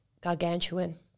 gargantuan